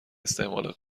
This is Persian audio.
استعمال